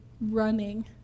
running